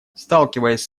сталкиваясь